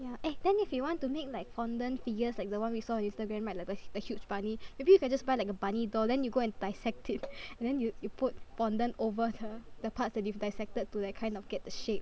ya eh then if you want to make like fondant figures like the one we saw on Instagram right like the the huge bunny maybe you can just buy like a bunny doll then you do and disect it and then you you put fondant over the the parts that you've dissected to like kind of get the shape